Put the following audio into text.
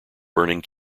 burning